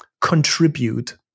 contribute